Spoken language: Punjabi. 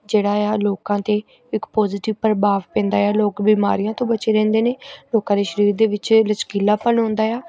ਜਿਹੜਾ ਆ ਲੋਕਾਂ 'ਤੇ ਇੱਕ ਪੋਜੀਟਿਵ ਪ੍ਰਭਾਵ ਪੈਂਦਾ ਆ ਲੋਕ ਬਿਮਾਰੀਆਂ ਤੋਂ ਬਚੇ ਰਹਿੰਦੇ ਨੇ ਲੋਕਾਂ ਦੇ ਸਰੀਰ ਦੇ ਵਿੱਚ ਲਚਕੀਲਾਪਨ ਆਉਂਦਾ ਆ